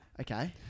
Okay